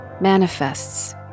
manifests